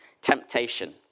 temptation